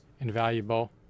invaluable